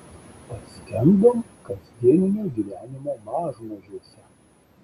paskendom kasdieninio gyvenimo mažmožiuose